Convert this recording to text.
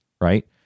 right